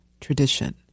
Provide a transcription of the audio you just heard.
tradition